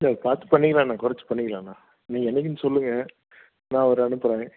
இல்லை அது பார்த்து பண்ணிக்கலாண்ணா கொறச்சு பண்ணிக்கலாண்ணா நீங்கள் என்றைக்குன்னு சொல்லுங்கள் நான் அவரை அனுப்புகிறேன்